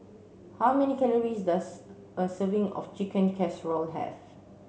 how many calories does a serving of Chicken Casserole have